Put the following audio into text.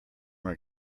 are